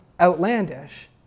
outlandish